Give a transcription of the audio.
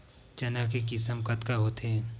चना के किसम कतका होथे?